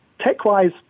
tech-wise